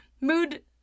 mood